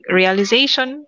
realization